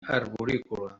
arborícola